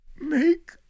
make